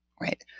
right